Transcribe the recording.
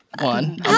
one